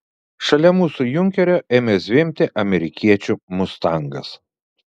šalia mūsų junkerio ėmė zvimbti amerikiečių mustangas